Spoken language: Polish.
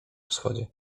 wschodzie